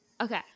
okay